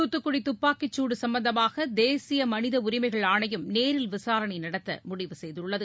தூத்துக்குடி துப்பாக்கிச்சூடு சம்பந்தமாக தேசிய மனித உரிமைகள் ஆணையம் நேரில் விசாரணை நடத்த முடிவு செய்துள்ளது